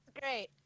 Great